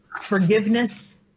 forgiveness